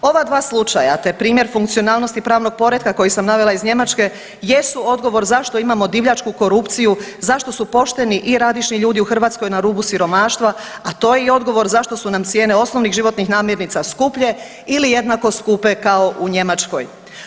Ova dva slučaja, te primjer funkcionalnosti pravnog poretka koji sam navela iz Njemačke jesu odgovor zašto imamo divljačku korupciju, zašto su pošteni i radišni ljudi u Hrvatskoj na rubu siromaštva, a to je i odgovor zašto su nam cijene osnovnih životnih namirnica skuplje ili jednako skupe kao u Njemačkoj.